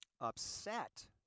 upset